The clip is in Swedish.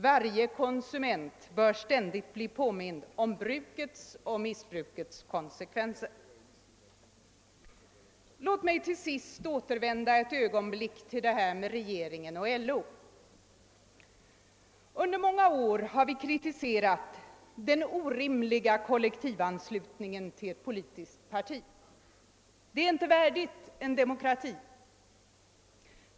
Varje konsument bör ständigt bli påmind om brukets och missbrukets konsekvenser. , Låt mig till sist återvända ett ögonblick till det här med regeringen och LO. Under många år har vi kritiserat den orimliga kollektivanslutningen till politiskt parti. Det är inte värdigt en demokrati.